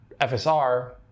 FSR